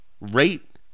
rate